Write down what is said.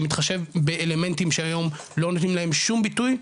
שמתחשב באלמנטים שהיום לא נותנים להם שום ביטוי,